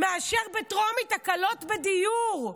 מאשר בטרומית הקלות בדיור.